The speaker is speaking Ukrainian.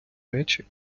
речі